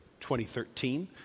2013